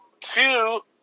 two